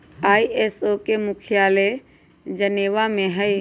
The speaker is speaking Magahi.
आई.एस.ओ के मुख्यालय जेनेवा में हइ